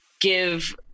give